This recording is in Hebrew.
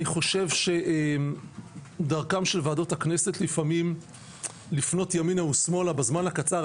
אני חושב שדרכן של ועדות הכנסת לפעמים לפנות ימינה ושמאלה בזמן הקצר,